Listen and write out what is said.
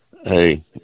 hey